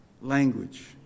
language